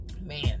Man